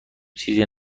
چیزی